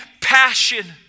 passion